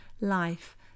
life